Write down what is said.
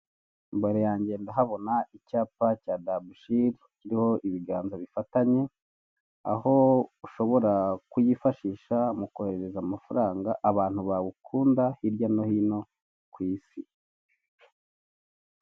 Ubu byaroroshye aho ushobora kugura ibicuruzwa byose wifuza ukaba wakwishyura ukoresheje ikoranabuhanga icyo usabwa ni ukwishyura kuri nimero cyangwa imibare yumucuruzi amafaranga usabwe ubwo kwishyura ukaba wakwerekana ubutumwa umiyoboro wa MTN waba iguhaye.